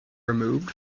removed